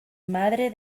madre